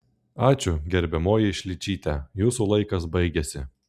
ačiū gerbiamoji šličyte jūsų laikas baigėsi